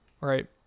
right